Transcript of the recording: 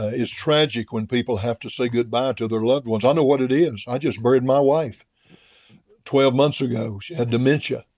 ah tragic when people have to say goodbye to their loved ones. i know what it is. i just buried my wife twelve months ago. she had dementia,